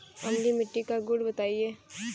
अम्लीय मिट्टी का गुण बताइये